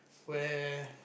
where